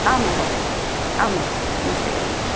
आं महोदय आं महोदय नमस्ते रां राम्